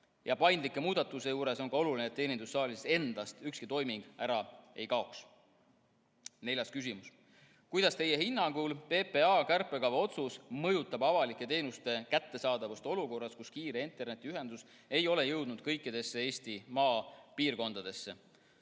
Paindlike muudatuste juures on oluline, et teenindussaalist endast ükski toiming ära ei kaoks. Neljas küsimus: "Kuidas Teie hinnangul PPA kärpekava otsus mõjutab avalike teenuste kättesaadavust olukorras, kus kiire internetiühendus ei ole jõudnud kõikidesse Eesti maapiirkondadesse?